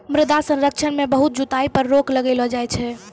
मृदा संरक्षण मे बहुत जुताई पर रोक लगैलो जाय छै